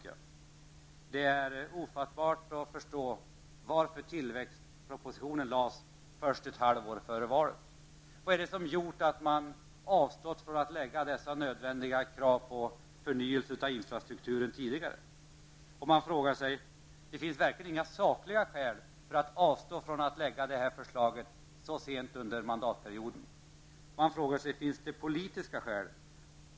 Det är omöjligt att förstå varför tillväxtpropositionen lades fram först ett halvår före valet. Varför har man avstått från att ställa dessa nödvändiga krav på förnyelse av infrastrukturen tidigare? Det finns verkligen inga sakliga skäl att lägga fram det här förslaget så sent under mandatperioden. Finns det politiska skäl?